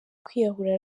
kwiyahura